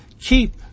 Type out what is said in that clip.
keep